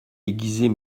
aiguiser